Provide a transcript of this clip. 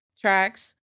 tracks